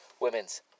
women's